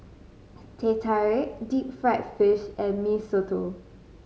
Teh Tarik deep fried fish and Mee Soto